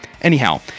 Anyhow